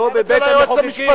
לא בבית-המחוקקים.